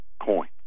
coin